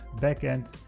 back-end